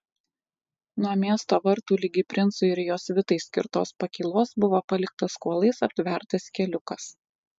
nuo miesto vartų ligi princui ir jo svitai skirtos pakylos buvo paliktas kuolais aptvertas keliukas